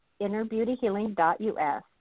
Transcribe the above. innerbeautyhealing.us